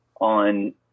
on